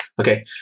Okay